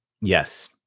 Yes